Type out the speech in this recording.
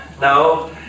No